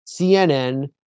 CNN